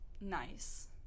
nice